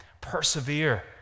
persevere